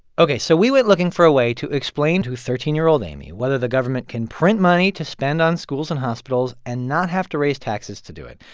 ok, so we went looking for a way to explain to thirteen year old amy whether the government can print money to spend on schools and hospitals and not have to raise taxes to do it.